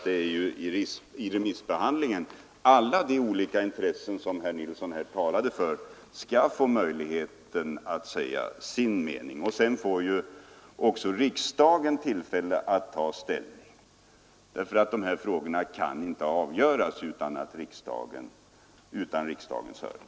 Det är vid remissbehandlingen alla de olika intressen som herr Nilsson talar för får möjlighet att säga sin mening. Sedan får riksdagen också tillfälle att ta ställning, därför att de här frågorna inte kan avgöras utan riksdagens hörande.